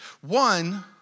One